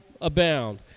abound